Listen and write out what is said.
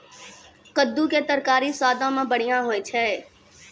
कद्दू के तरकारी स्वादो मे बढ़िया होय छै